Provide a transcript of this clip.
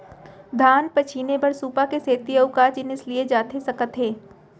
धान पछिने बर सुपा के सेती अऊ का जिनिस लिए जाथे सकत हे?